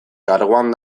karguan